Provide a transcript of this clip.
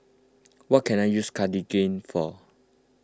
what can I use Cartigain for